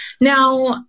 now